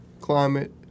climate